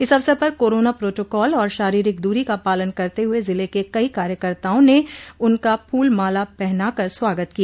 इस अवसर पर कोरोना प्रोटोकॉल और शारीरिक दूरी का पालन करते हुए जिले के कई कार्यकर्ताओं ने उनका फूल माला पहनाकर स्वागत किया